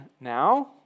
now